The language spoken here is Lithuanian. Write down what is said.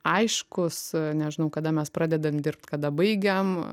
aiškūs nežinau kada mes pradedam dirbt kada baigiam